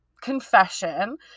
confession